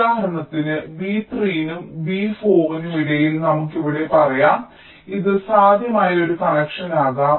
ഉദാഹരണത്തിന് v3 നും v4 നും ഇടയിൽ നമുക്ക് ഇവിടെ പറയാം ഇത് സാധ്യമായ ഒരു കണക്ഷനാകാം